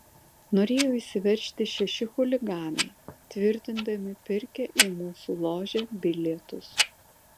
norėjo įsiveržti šeši chuliganai tvirtindami pirkę į mūsų ložę bilietus